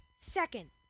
second